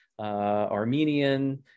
Armenian